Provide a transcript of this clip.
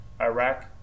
Iraq